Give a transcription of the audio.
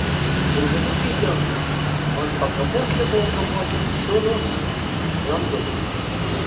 kailinukai dingo o ant pakabos liko kaboti nušiurus skrandukė